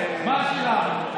בשבילי כל המדינה,